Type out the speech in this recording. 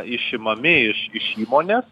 išimami iš iš įmonės